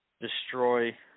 destroy